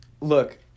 look